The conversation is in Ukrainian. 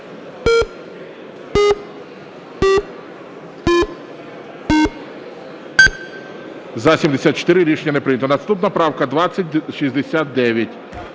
За-74 Рішення не прийнято. Наступна правка 2069.